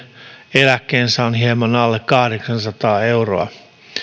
eläkkeensä on hieman alle kahdeksansataa euroa